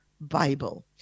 Bible